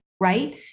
right